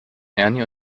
ernie